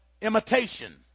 imitation